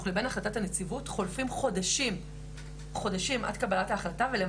לבין החלטת הנציבות חולפים חודשים עד לקבלת ההחלטה.